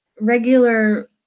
regular